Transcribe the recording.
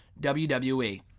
WWE